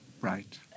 right